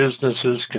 businesses